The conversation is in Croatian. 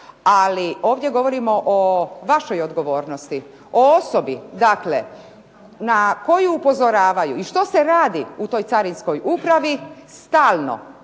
ali ovdje govorimo o vašoj odgovornosti, o osobi dakle na koju upozoravaju i što se radi u toj carinskoj upravi stalno.